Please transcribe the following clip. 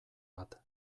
bat